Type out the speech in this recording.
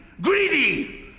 greedy